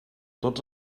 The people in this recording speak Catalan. tots